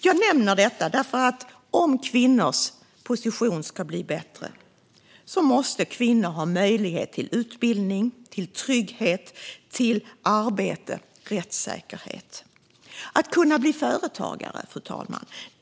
Jag nämner detta därför att om kvinnors position ska bli bättre måste kvinnor ha möjlighet till utbildning, trygghet, arbete och rättssäkerhet. De måste kunna bli företagare, fru talman.